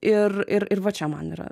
ir ir ir va čia man yra